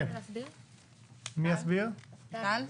תכף